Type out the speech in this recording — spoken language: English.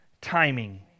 timing